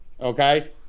okay